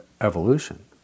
evolution